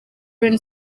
rev